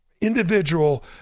individual